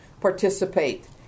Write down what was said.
participate